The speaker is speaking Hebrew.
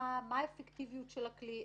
מה האפקטיביות של הכלי?